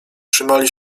trzymali